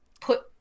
put